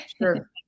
Sure